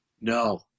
No